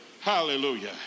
Hallelujah